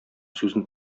сүзен